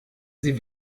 sie